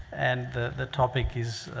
and the the topic is